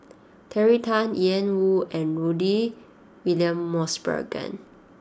Terry Tan Ian Woo and Rudy William Mosbergen